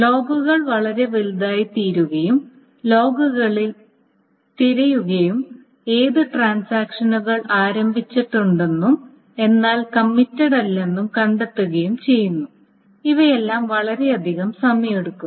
ലോഗുകൾ വളരെ വലുതായിത്തീരുകയും ലോഗുകളിൽ തിരയുകയും ഏത് ട്രാൻസാക്ഷനുകൾ ആരംഭിച്ചിട്ടുണ്ടെന്നും എന്നാൽ കമ്മിറ്റഡല്ലെന്നും കണ്ടെത്തുകയും ചെയ്യുന്നു ഇവയെല്ലാം വളരെയധികം സമയമെടുക്കും